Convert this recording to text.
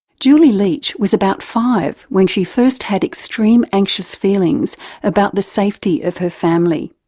julie leitch was about five when she first had extreme anxious feelings about the safety of her family,